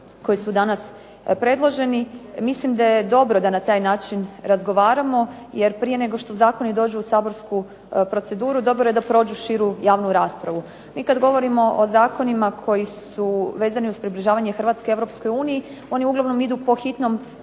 koji su danas predloženi. Mislim da je dobro da na taj način razgovaramo jer dobro je da zakoni prije nego što dođu u saborsku proceduru da prođu širu javnu raspravu. Kada govorimo o zakonima koji su vezani uz približavanju Hrvatske Europskoj uniji oni uglavnom idu po hitnom